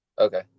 Okay